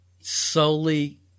solely